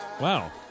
Wow